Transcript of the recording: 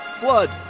blood